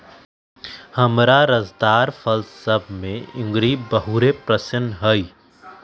हमरा रसदार फल सभ में इंगूर बहुरे पशिन्न हइ